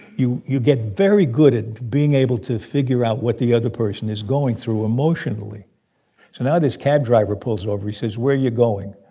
you you get very good at being able to figure out what the other person is going through emotionally so now, this cab driver pulls over. he says, where are you going?